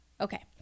Okay